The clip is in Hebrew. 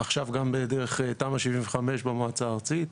עכשיו גם בדרך תמ"א/ 75 במועצה הארצית.